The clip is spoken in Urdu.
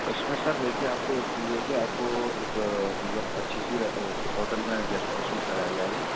اس میں سر دیکھیے آپ کو ایک تو یہ ہے کہ آپ کو ایک مطلب اچھی سی ہوٹل میں گیسٹ ہاؤس میں ٹھہرایا جائے گا